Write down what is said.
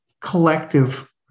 collective